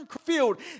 field